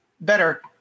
better